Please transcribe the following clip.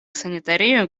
санитарию